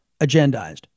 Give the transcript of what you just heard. agendized